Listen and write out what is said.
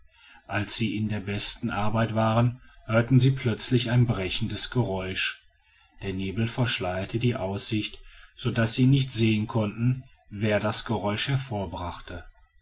als sie in der besten arbeit waren hörten sie plötzlich ein brechendes geräusch der nebel verschleierte die aussicht sodaß sie nicht sehen konnten wer das geräusch